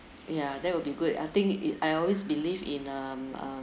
ya that will be good I think it I always believe in um uh